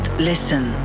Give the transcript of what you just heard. listen